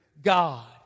God